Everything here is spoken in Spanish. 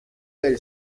del